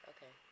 Okay